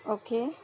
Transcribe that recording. okay